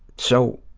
so,